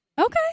Okay